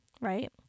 right